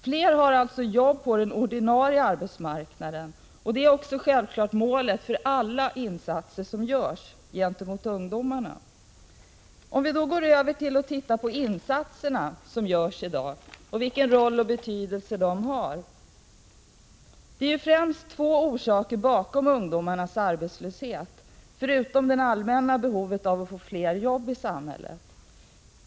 Fler har alltså jobb på den ordinarie arbetsmarknaden, och det är också självfallet målet för alla insatser som görs för ungdomarna. Låt oss sedan se på de insatser som görs i dag och vilken betydelse de har. Det är främst två orsaker bakom ungdomarnas arbetslöshet, förutom det allmänna behovet av fler jobb i samhället.